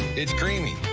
it's creamy.